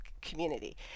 community